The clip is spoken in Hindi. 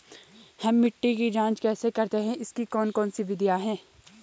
हम मिट्टी की जांच कैसे करते हैं इसकी कौन कौन सी विधियाँ है?